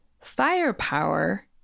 Firepower